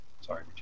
sorry